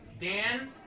Dan